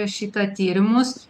šitą tyrimus